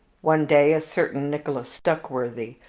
one day a certain nicholas duckworthy,